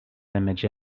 image